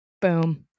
boom